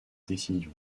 décision